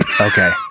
Okay